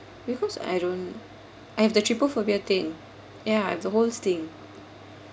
because I don't I have the trypophobia thing ya the holes thing